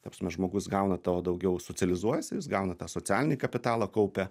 ta prasme žmogus gauna tavo daugiau socializuosis jis gauna tą socialinį kapitalą kaupia